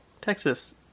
Texas